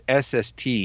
SST